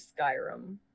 Skyrim